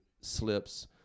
slips